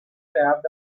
wrapped